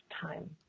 time